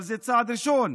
אבל זה צעד ראשון.